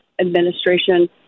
administration